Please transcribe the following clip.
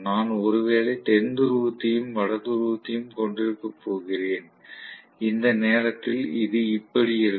நான் ஒருவேளை தென் துருவத்தையும் வட துருவத்தையும் கொண்டிருக்கப் போகிறேன் இந்த நேரத்தில் இது இப்படி இருக்கும்